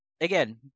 again